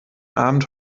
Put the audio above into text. abend